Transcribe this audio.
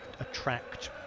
attract